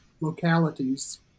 localities